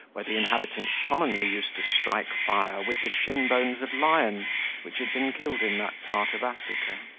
where the inhabitants commonly used to strike fire with the shin-bones of lions which had been killed in that part of africa.